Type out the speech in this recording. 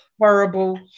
horrible